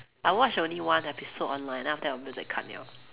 I watch only one episode online then after that 我没有再看了